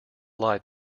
lied